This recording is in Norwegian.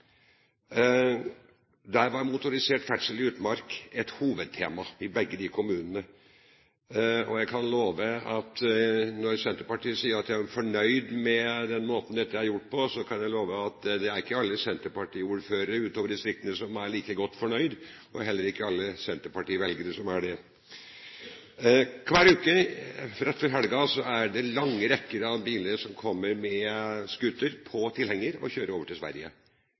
der kommunen ber om moderat tillatelse til aktivitet. Det kan gjelde f.eks. forespørsel om rekreasjonskjøring for mennesker med nedsatt funksjonsevne, eller begrenset næringskjøring. Jeg var på besøk i Lierne og Røyrvik kommuner i forrige uke. I begge disse kommunene var motorisert ferdsel i utmark et hovedtema. Og når Senterpartiet sier at de er fornøyd med den måten dette er gjort på, så kan jeg love at ikke alle senterpartiordførere utover i distriktene er like godt fornøyd, og heller ikke alle senterpartivelgere. Hver uke, rett før helgen, kjører lange rekker av biler med